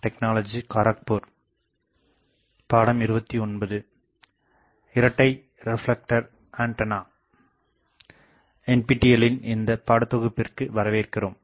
NPTEL லின் இந்த படத்தொகுப்பிற்கு வரவேற்கிறோம்